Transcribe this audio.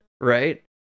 right